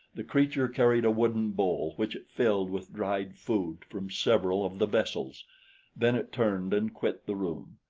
the creature carried a wooden bowl which it filled with dried food from several of the vessels then it turned and quit the room.